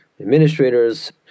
administrators